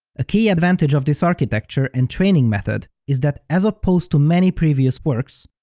a key advantage of this architecture and training method is that as opposed to many previous works,